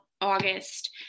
August